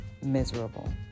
miserable